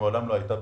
ומעולם לא הייתה,